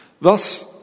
Thus